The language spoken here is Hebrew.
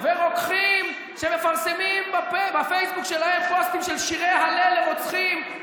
אותם אחים ורוקחים שמפרסמים בפייסבוק שלהם פוסטים של שירי הלל לרוצחים,